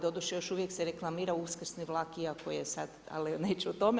Doduše još uvijek se reklamira uskrsni vlak, iako je sad, ali neću o tome.